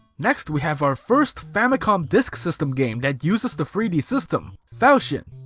next, we have our first famicom disk system game that uses the three d system falsion!